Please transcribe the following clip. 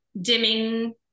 dimming